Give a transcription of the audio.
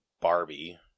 Barbie